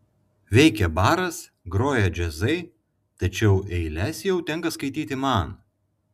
veikia baras groja džiazai tačiau eiles jau tenka skaityti man